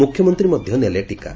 ମୁଖ୍ୟମନ୍ତୀ ମଧ ନେଲେ ଟିକା